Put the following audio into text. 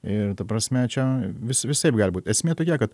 ir ta prasme čia vis visaip gali būt esmė tokia kad